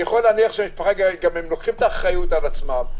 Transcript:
גם הם לוקחים את האחריות על עצמם.